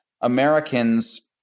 Americans